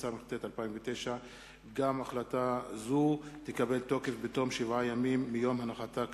התשס"ט 2009. גם החלטה זו תקבל תוקף בתום שבעה ימים מיום הנחתה כאמור,